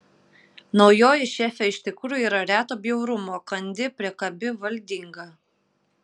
naujoji šefė iš tikrųjų yra reto bjaurumo kandi priekabi valdinga